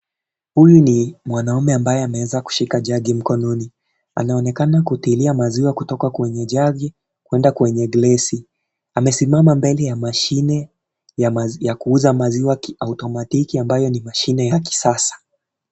Huyu ni mwanaume ambaye ameweza kushika jagi mkononi, anaonekana kutilia maziwa kutoka kwenye jagi, kuenda kwenye glesi, amesimama mbele ya mashine ya kuuza maziwa kiautomatiki ambayo ni mashine ya kisasa.